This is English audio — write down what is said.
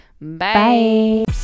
Bye